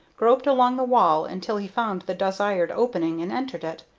groped along the wall until he found the desired opening, and entered it.